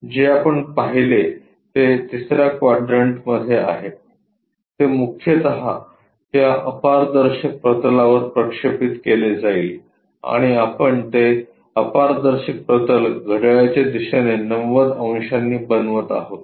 जे आपण पाहिले ते तिसर्या क्वाड्रंटमध्ये आहे ते मुख्यत त्या अपारदर्शक प्रतलावर प्रक्षेपित केले जाईल आणि आपण ते अपारदर्शक प्रतल घड्याळाच्या दिशेने 90 अंशांनी बनवत आहोत